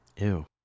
Ew